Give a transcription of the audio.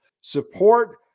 Support